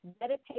meditate